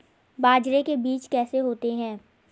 बाजरे के बीज कैसे होते हैं?